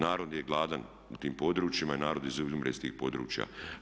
Narod je gladan u tim područjima i narod izumire iz tih područja.